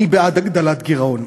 אני בעד הגדלת גירעון.